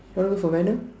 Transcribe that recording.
want look for